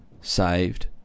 saved